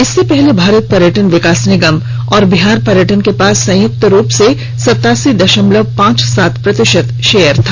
इससे पहले भारत पर्यटन विकास निगम और बिहार पर्यटन के पास संयुक्त रूप से सतासी द ामलव पांच सात प्रतिशत शेयर था